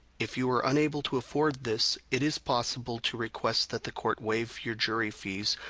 if you are unable to afford this, it is possible to request that the court waive your jury fees,